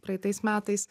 praeitais metais